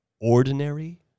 ordinary